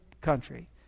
country